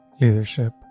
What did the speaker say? leadership